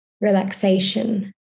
relaxation